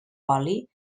oli